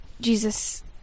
Jesus